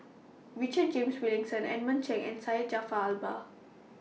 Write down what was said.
Richard James Wilkinson Edmund Cheng and Syed Jaafar Albar